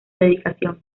dedicación